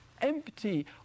empty